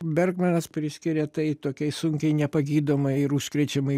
bergmanas priskiria tai tokiai sunkiai nepagydomai ir užkrečiamai